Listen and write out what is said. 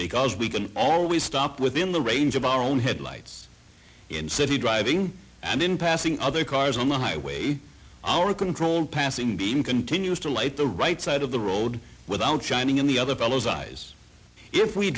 because we can always stop within the range of our own headlights in city driving and then passing other cars on the highway our control passing game continues to light the right side of the road without shining in the other fellow's eyes if we